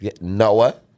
Noah